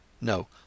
No